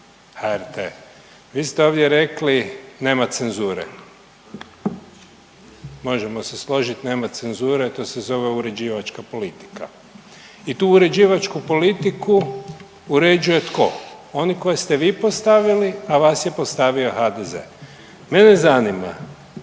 HRT. Vi ste ovdje rekli nema cenzure. Možemo se složiti nema cenzure, to se zove uređivačka politika. I tu uređivačku politiku uređuje tko? Oni koje ste vi postavili, a vas je postavio HDZ. Mene zanima